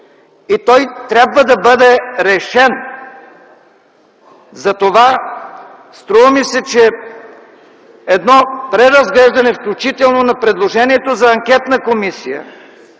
и той трябва да бъде решен! Затова ми се струва, че едно преразглеждане, включително на предложението за анкетна комисия,